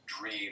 dream